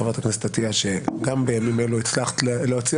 חברת הכנסת עטיה שגם בימים אלו הצלחת להוציא